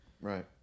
right